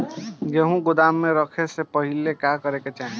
गेहु गोदाम मे रखे से पहिले का का करे के चाही?